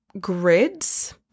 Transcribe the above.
grids